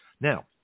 Now